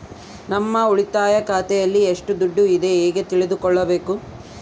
ನಮ್ಮ ಉಳಿತಾಯ ಖಾತೆಯಲ್ಲಿ ಎಷ್ಟು ದುಡ್ಡು ಇದೆ ಹೇಗೆ ತಿಳಿದುಕೊಳ್ಳಬೇಕು?